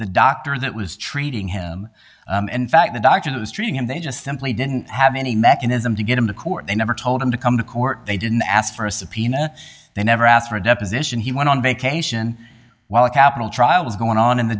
the doctor that was treating him and in fact the doctor the string and they just simply didn't have any mechanism to get him to court they never told him to come to court they didn't ask for a subpoena they never asked for a deposition he went on vacation while a capital trial was going on and the